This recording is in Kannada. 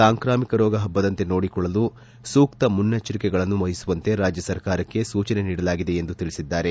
ಸಾಂಕ್ರಾಮಿಕ ರೋಗ ಹಬ್ಬದಂತೆ ನೋಡಿಕೊಳ್ಳಲು ಸೂಕ್ತ ಮುನ್ನೆಚ್ಚರಿಕೆಗಳನ್ನು ವಹಿಸುವಂತೆ ರಾಜ್ಯ ಸರ್ಕಾರಕ್ಕೆ ಸೂಚನೆ ನೀಡಲಾಗಿದೆ ಎಂದು ತಿಳಿಸಿದ್ದಾರೆ